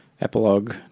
epilogue